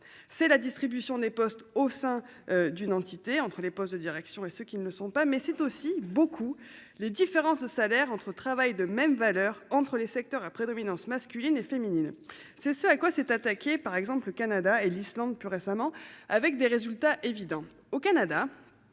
c'est la distribution des postes au sein d'une entité entre les postes de direction et ce qui ne sont pas mais c'est aussi beaucoup les différences de salaires entre travail de même valeur entre les secteurs à prédominance masculine et féminine. C'est ce à quoi s'est attaqué par exemple, le Canada et l'Islande. Plus récemment, avec des résultats évidents